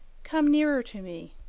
come nearer to me.